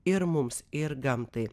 ir mums ir gamtai